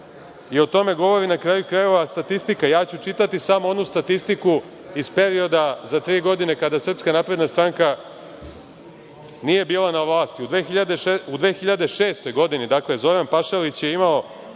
i o tome govori, na kraju krajeva, statistika. Ja ću čitati samo onu statistiku iz perioda za tri godine kada SNS nije bila na vlasti. U 2006. godini, dakle Zoran Pašalić je imao